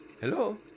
Hello